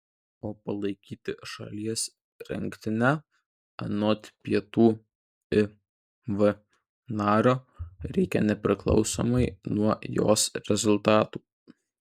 o palaikyti šalies rinktinę anot pietų iv nario reikia nepriklausomai nuo jos rezultatų